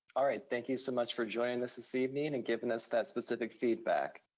all right, thank you so much for joining us this evening and giving us that specific feedback.